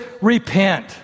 repent